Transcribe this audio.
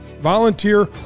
volunteer